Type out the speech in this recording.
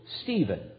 Stephen